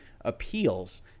appeals